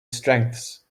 strengths